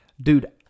Dude